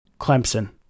Clemson